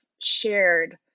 shared